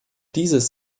dieses